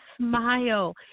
smile